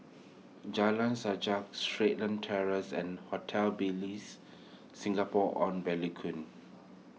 Jalan Sajak Starlight Terrace and Hotel Ibis Singapore on Bencoolen